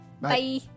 Bye